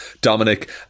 Dominic